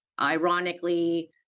ironically